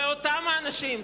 ואותם האנשים,